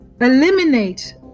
Eliminate